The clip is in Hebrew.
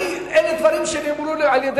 לא, זה לא כתוב